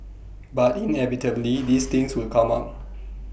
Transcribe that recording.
but inevitably these things will come up